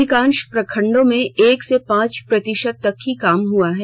अधिकांश प्रखंडों में एक से पांच प्रतिशत तक ही काम हुआ है